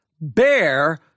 bear